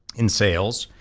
in sales.